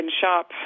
shop